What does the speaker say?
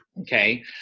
Okay